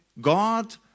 God